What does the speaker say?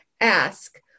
ask